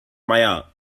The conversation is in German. meier